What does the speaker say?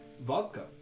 Vodka